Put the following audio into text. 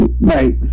Right